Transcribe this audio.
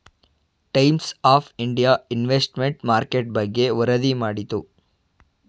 times of India investment market ಬಗ್ಗೆ ವರದಿ ಮಾಡಿತು